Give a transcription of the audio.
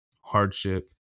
hardship